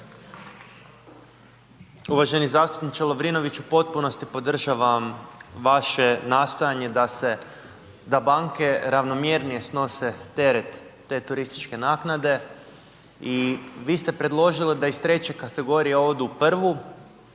Uvaženi zastupniče Lovrinoviću u potpunosti podržavam vaše nastojanje da banke ravnomjernije snose teret te turističke naknade i vi ste predložili da iz treće kategorije odu u prvu,